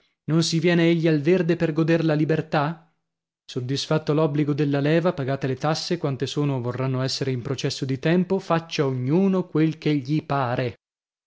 non si viene egli al verde per goder libertà soddisfatto l'obbligo della leva pagate le tasse quante sono o vorranno essere in processo di tempo faccia ognuno quel che gli pare